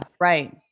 Right